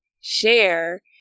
share